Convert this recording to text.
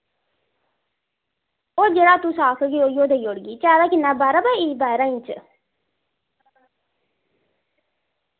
ओह् जेह्ड़ा तुस आखगे उय्यो देई ओड़गी चाहिदा किन्ना बार बाई बारां इंच